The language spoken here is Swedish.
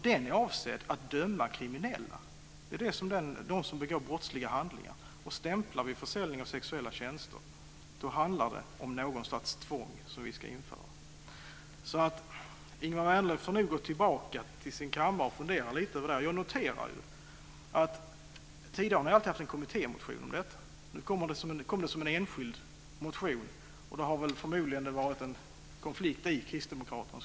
Den är avsedd för att döma kriminella, dem som begår brottsliga handlingar. Stämplar vi försäljning av sexuella tjänster så, handlar det om införande av något slags tvång. Ingemar Vänerlöv får nog gå tillbaka till sin kammare och fundera lite över det här. Jag noterar att det tidigare har rört sig om en kommittémotion medan det nu kommit en enskild motion. Det skulle inte förvåna mig om det varit en konflikt bland kristdemokraterna.